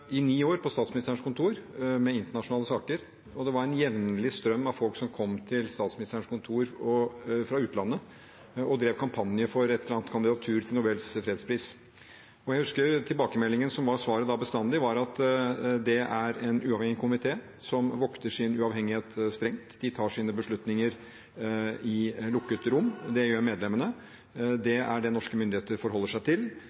i ni år på Statsministerens kontor. Det var en jevnlig strøm av folk som kom til Statsministerens kontor fra utlandet, som drev kampanje for et eller annet kandidatur for Nobels fredspris. Jeg husker at tilbakemeldingen – svaret – bestandig var at det er en uavhengig komité som vokter sin uavhengighet strengt. Medlemmene tar sine beslutninger i et lukket rom. Det er det norske myndigheter forholder seg til,